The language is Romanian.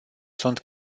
sunt